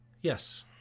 Yes